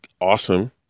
awesome